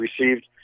received